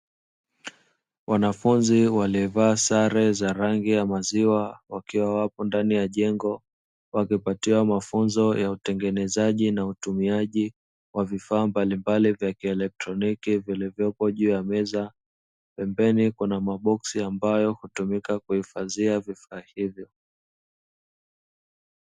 Wanafunzi waliovaa sare za rangi ya maziwa wakiwa wapo ndani ya jengo wakipatiwa mafunzo ya utengenezaji na utumiaji wa vifaa mbalimbali vya kielektroniki vilivyopo juu ya meza, pembeni kuna maboksi ambayo hutumika kuhifadhia vifaa hivyo.